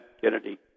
Kennedy